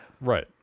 Right